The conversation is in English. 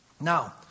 Now